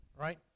Right